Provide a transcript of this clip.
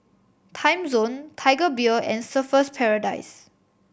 Timezone Tiger Beer and Surfer's Paradise